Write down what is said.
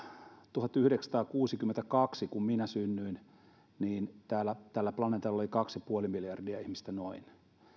tuhatyhdeksänsataakuusikymmentäkaksi kun minä synnyin tällä planeetalla oli noin kaksi ja puoli miljardia ihmistä